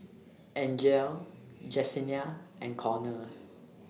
Angele Jesenia and Connor